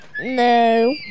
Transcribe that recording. No